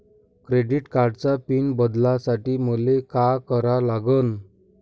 Credit कार्डाचा pin बदलासाठी मले का करा लागन?